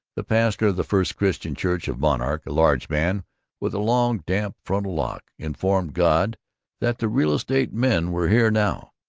the pastor of the first christian church of monarch, a large man with a long damp frontal lock, informed god that the real-estate men were here now.